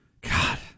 God